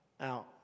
out